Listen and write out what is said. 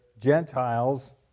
Gentiles